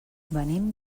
venim